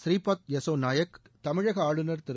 புநீபாத் யஸ்ஸோ நாயக் தமிழக ஆளுநர் திரு